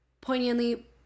poignantly